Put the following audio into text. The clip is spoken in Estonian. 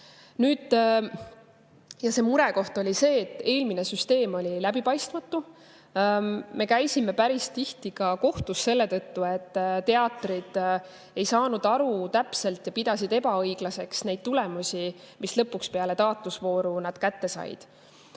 [toimuma]. Murekoht oli see, et eelmine süsteem oli läbipaistmatu. Me käisime päris tihti ka kohtus selle tõttu, et teatrid ei saanud aru täpselt ja pidasid ebaõiglaseks neid tulemusi, mis nad lõpuks peale taotlusvooru kätte said.